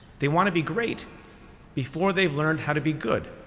they want to be great before they've learned how to be good.